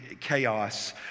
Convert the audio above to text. chaos